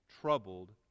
troubled